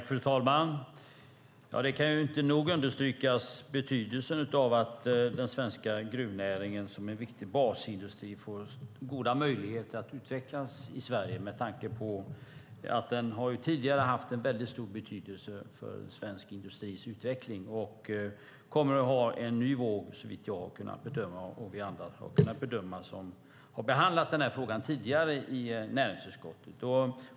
Fru talman! Betydelsen av att den svenska gruvnäringen som en viktig basindustri får goda möjligheter att utvecklas i Sverige kan inte nog understrykas. Den har tidigare haft väldigt stor betydelse för svensk industris utveckling och kommer att ha en ny våg, såvitt jag och andra som har behandlat den här frågan tidigare i näringsutskottet har kunnat bedöma.